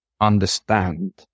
understand